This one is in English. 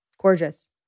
Gorgeous